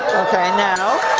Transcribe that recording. okay, now